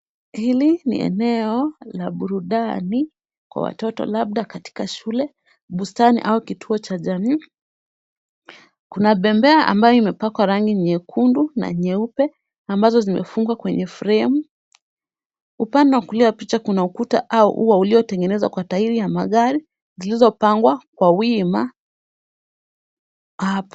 Hili ni eneo la burudani kwa watoto labda katika shule, bustani au kituo cha jamii. Kuna bembea ambayo imepakwa rangi nyekundu na nyeupe ambazo zimefungwa kwenye frame . Upande wa kulia wa picha kuna ukuta au ua uliotengenezwa kwa tairi ya magari zilizopangwa kwa wima hapo.